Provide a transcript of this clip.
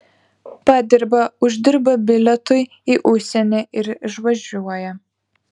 padirba užsidirba bilietui į užsienį ir išvažiuoja